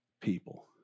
people